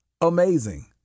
amazing